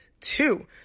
two